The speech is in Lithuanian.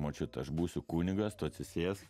močiut aš būsiu kunigas tu atsisėsk